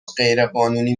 غیرقانونی